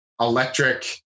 electric